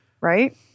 Right